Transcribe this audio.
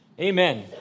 Amen